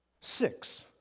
six